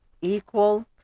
Equal